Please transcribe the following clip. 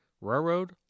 railroad